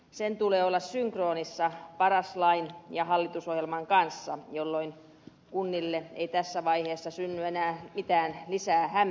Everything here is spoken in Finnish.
sen tulee olla synkronissa paras lain ja hallitusohjelman kanssa jolloin kunnille ei tässä vaiheessa synny enää lisää mitään hämmennystä